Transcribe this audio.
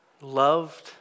loved